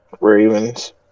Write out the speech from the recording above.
Ravens